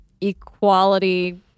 equality